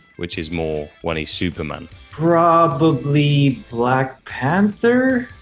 which is more when he superman. probably black panther.